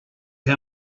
how